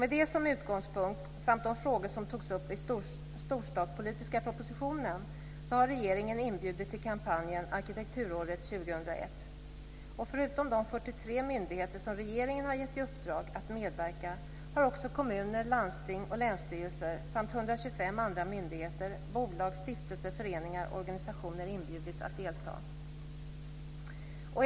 Med det samt de frågor som togs upp i storstadspolitiska propositionen som utgångspunkt har regeringen inbjudit till kampanjen Arkitekturåret 2001. Förutom de 43 myndigheter som regeringen har gett i uppdrag att medverka har också kommuner, landsting och länsstyrelser samt 125 andra myndigheter, bolag, stiftelser, föreningar och organisationer inbjudits att delta.